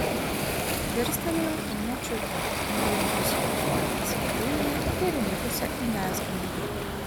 dirstelėjau į močiutę nugrimzdusią į fotelį svetainėje ir įnikusią į mezginį